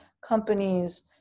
companies